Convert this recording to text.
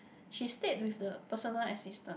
she stayed with the personal assistant